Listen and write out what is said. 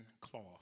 cloth